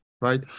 right